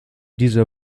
dieser